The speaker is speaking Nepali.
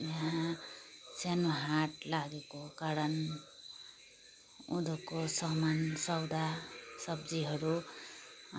यहाँ सानो हाट लागेको कारण उँधोको सामान सौदा सब्जीहरू